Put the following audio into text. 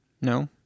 No